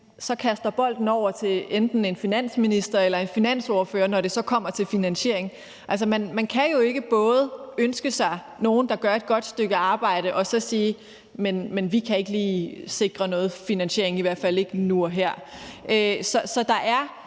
så kaster vi bolden over til enten en finansminister eller en finansordfører, når det så kommer til finansiering. Altså, man kan jo ikke både ønske sig nogle, der gør et godt stykke arbejde, og så sige: Jamen vi kan ikke lige sikre noget finansiering, i hvert fald ikke lige nu og her. Så der er